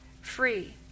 free